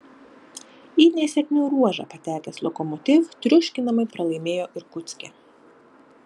į nesėkmių ruožą patekęs lokomotiv triuškinamai pralaimėjo irkutske